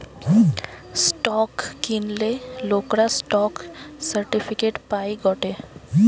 stock কিনলে লোকরা stock certificate পায় গটে